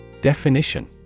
Definition